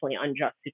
unjust